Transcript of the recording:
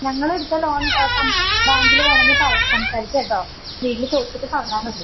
ഞങ്ങൾ എടുത്ത ലോൺ ബാങ്കിൽ വേണമെങ്കിൽ സംസാരിക്കാം കേട്ടോ വീട്ടിൽ ചോദിച്ചിട്ട് പറഞ്ഞാൽ മതി